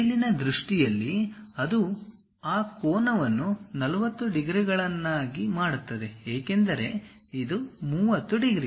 ಮೇಲಿನ ದೃಷ್ಟಿಯಲ್ಲಿ ಅದು ಆ ಕೋನವನ್ನು 45 ಡಿಗ್ರಿಗಳನ್ನಾಗಿ ಮಾಡುತ್ತದೆ ಏಕೆಂದರೆ ಇದು 30 ಡಿಗ್ರಿ